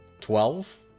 twelve